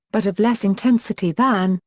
but of less intensity than,